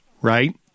right